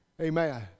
Amen